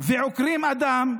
ועוקרים אדם,